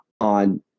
on